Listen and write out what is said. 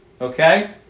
Okay